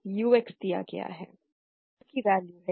यह U की value है